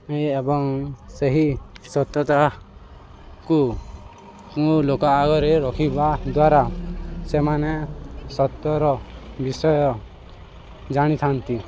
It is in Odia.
ଏବଂ ସେହି ସତ୍ୟତାକୁ ମୁଁ ଲୋକ ଆଗରେ ରଖିବା ଦ୍ୱାରା ସେମାନେ ସତ୍ୟର ବିଷୟ ଜାଣିଥାନ୍ତି